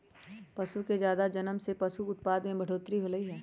पशु के जादा जनम से पशु उत्पाद में बढ़ोतरी होलई ह